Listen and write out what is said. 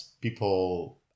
people